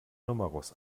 numerus